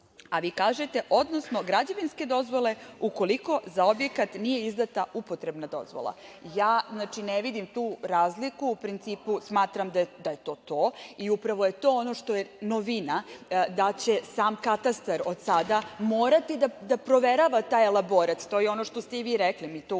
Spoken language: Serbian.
Vi kažete: „odnosno građevinske dozvole, ukoliko za objekat nije izdata upotrebna dozvola“.Ja ne vidim tu razliku. U principu smatram da je to to i upravo je to ono što je novina da će sam katastar od sada morati da proverava taj elaborat, to je ono što ste i vi rekli, mi to